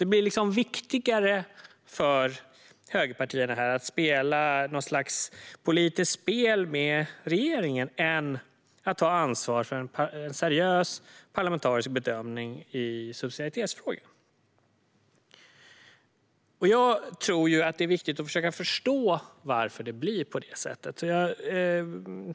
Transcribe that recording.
Det blir liksom viktigare för högerpartierna att spela ett politiskt spel med regeringen än att ta ansvar för en seriös parlamentarisk bedömning i subsidiaritetsfrågan. Jag tror att det viktigt att försöka förstå varför det blir på detta sätt.